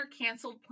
canceled